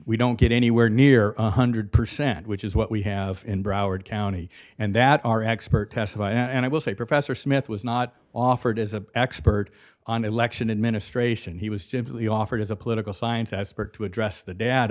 we don't get anywhere near one hundred percent which is what we have in broward county and that our expert testify and i will say professor smith was not offered as an expert on election administration he was typically offered as a political science esper to address the dad